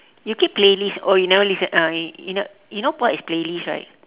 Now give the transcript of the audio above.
you keep playlist oh you never listen uh you know you know what is playlist right